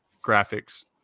graphics